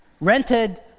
rented